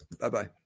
Bye-bye